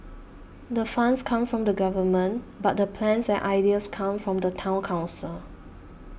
the funds come from the Government but the plans and ideas come from the Town Council